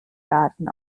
daten